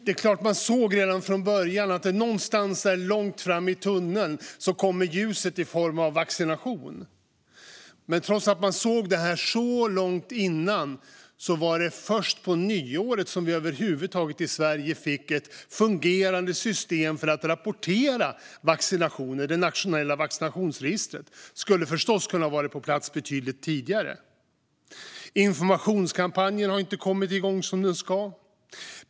Det är klart att man redan från början någonstans såg ljuset i tunneln i form av vaccination. Men trots att man såg det för länge sedan var det först på nyåret som vi i Sverige fick ett fungerande system för att rapportera vaccinationer. Det nationella vaccinationsregistret skulle förstås ha kunnat vara på plats betydligt tidigare. Informationskampanjen har inte kommit igång som den ska.